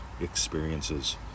experiences